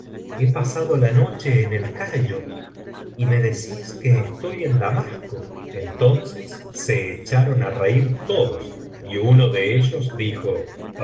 he pasado la noche en el cairo y me decís que estoy en damasco entonces se echaron áreir todos y uno de ellos dijo